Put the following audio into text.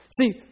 See